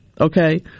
Okay